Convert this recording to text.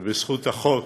ובזכות החוק